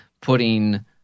putting